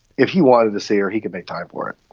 if he wanted to say or he could make type work.